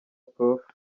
prof